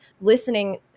listening